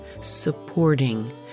supporting